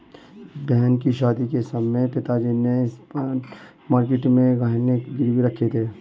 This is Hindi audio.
बहन की शादी के समय पिताजी ने स्पॉट मार्केट में गहने गिरवी रखे थे